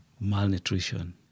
Malnutrition